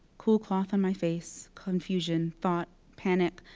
cool cloth on my face. confusion, thought, panic.